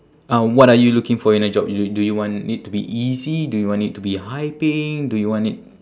uh what are you looking for in a job y~ do you want it to be easy do you want it to be high paying do you want it